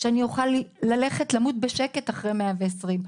שאני אוכל למות בשקט אחרי 120,